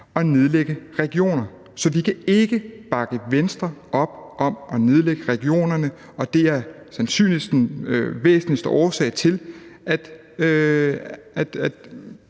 at nedlægge regionerne. Så vi kan ikke bakke Venstre op om at nedlægge regionerne, og det er den væsentligste årsag til, at